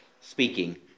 speaking